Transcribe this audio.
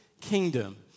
kingdom